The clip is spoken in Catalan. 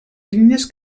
línies